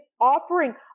offering